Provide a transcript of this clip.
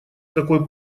какой